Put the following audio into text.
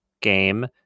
game